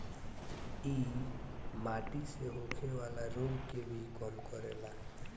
इ माटी से होखेवाला रोग के भी कम करेला